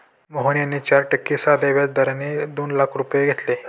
मोहन यांनी चार टक्के साध्या व्याज दराने दोन लाख रुपये घेतले